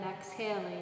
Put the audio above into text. exhaling